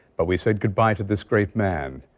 but we said goodbye to this great man.